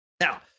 Now